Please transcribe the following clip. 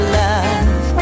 love